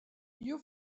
you